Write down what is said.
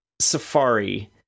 Safari